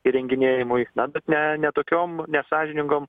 įrenginėjamui na bet ne ne tokiom nesąžiningom